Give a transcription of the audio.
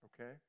Okay